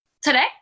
today